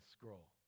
scroll